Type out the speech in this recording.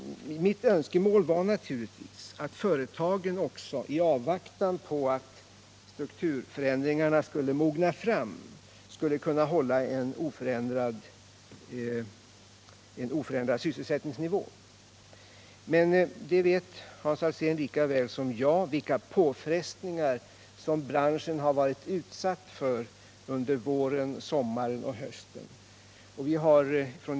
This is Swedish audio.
Mitt önskemål är naturligtvis också att företagen i avvaktan på att strukturförändringarna skall mogna fram kan hålla en oförändrad sysselsättningsnivå. Men Hans Alsén vet lika väl som jag vilka påfrestningar branschen har varit utsatt för under våren, sommaren och hösten.